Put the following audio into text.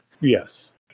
Yes